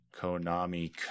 Konami